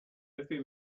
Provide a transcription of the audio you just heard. every